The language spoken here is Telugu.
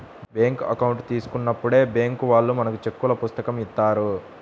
బ్యేంకు అకౌంట్ తీసుకున్నప్పుడే బ్యేంకు వాళ్ళు మనకు చెక్కుల పుస్తకం ఇత్తారు